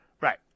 Right